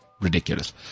ridiculous